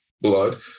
blood